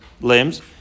limbs